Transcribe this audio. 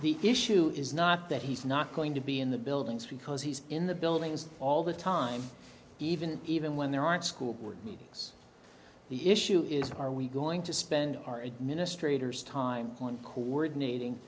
the issue is not that he's not going to be in the buildings because he's in the buildings all the time even even when there aren't school board meetings the issue is are we going to spend our administrators time coordinating